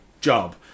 job